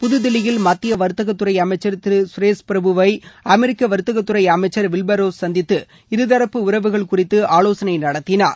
புதுதில்லியில் மத்திய வர்த்தக துறை அமைச்சர் திரு சுரேஷ் பிரபுவை அமெரிக்க வர்த்தக துறை அமைச்சர் திரு வில்பர் ரோஸ் சந்தித்து இருதரப்பு உறவுகள் குறித்து ஆலோசனை நடத்தினர்